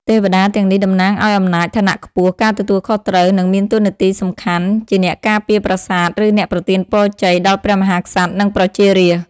ទេវតាទាំងនេះតំណាងឲ្យអំណាច ឋានៈខ្ពស់ ការទទួលខុសត្រូវ និងមានតួនាទីសំខាន់ជាអ្នកការពារប្រាសាទ ឬ អ្នកប្រទានពរជ័យ ដល់ព្រះមហាក្សត្រ និងប្រជារាស្ត្រ។